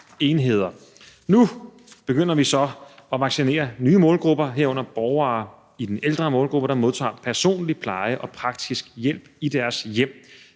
Nu begynder vi så at vaccinere nye målgrupper, herunder borgere i den ældre målgruppe, der modtager personlig pleje og praktisk hjælp i deres hjem.